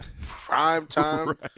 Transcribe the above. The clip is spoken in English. prime-time